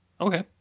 Okay